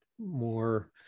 more